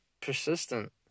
persistent